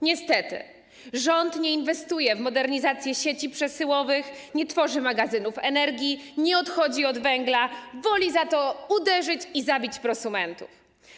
Niestety rząd nie inwestuje w modernizację sieci przesyłowych, nie tworzy magazynów energii, nie odchodzi od węgla - woli za to uderzyć i zabić prosumentów.